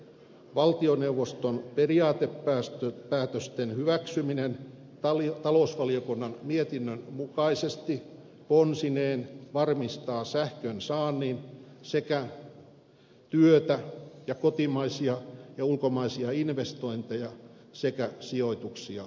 valtioneuvoston periaatepäätösten hyväksyminen talousvaliokunnan mietinnön mukaisesti ponsineen varmistaa sähkönsaannin sekä työtä ja kotimaisia ja ulkomaisia investointeja sekä sijoituksia suomeen